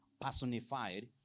personified